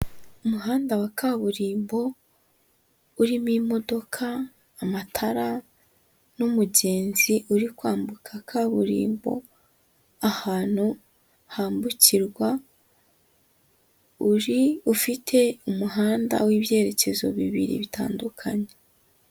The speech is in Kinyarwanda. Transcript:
Umuhanda wa kaburimbo, urimo imodoka, amatara n'umugenzi uri kwambuka kaburimbo ahantu hambukirwa, ufite umuhanda w'ibyerekezo bibiri bitandukanye.